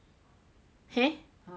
h~ eh ah h~ eh